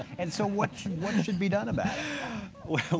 and so what should what should be done about